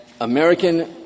American